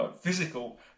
physical